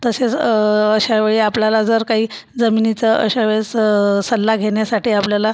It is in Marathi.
तसेच अशावेळी आपल्याला जर काही जमिनीचा अशा वेळेस सल्ला घेण्यासाठी आपल्याला